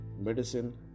medicine